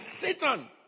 Satan